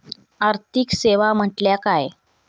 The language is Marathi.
आर्थिक सेवा म्हटल्या काय?